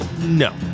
No